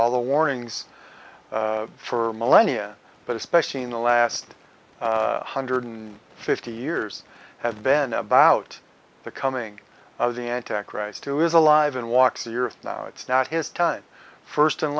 all the warnings for millennia but especially in the last hundred and fifty years have been about the coming of the anti christ who is alive and walks the earth now it's not his time first and